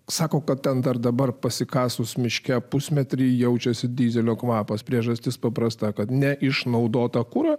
sako kad ar dabar pasikasus miške pusmetrį jaučiasi dyzelio kvapas priežastis paprasta kad neišnaudotą kurą